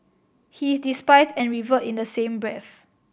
he is despised and revered in the same breath